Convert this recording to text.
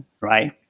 right